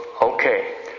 Okay